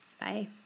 Bye